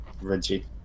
Reggie